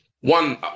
one